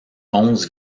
onze